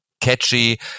catchy